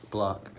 Block